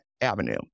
Avenue